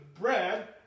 bread